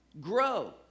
grow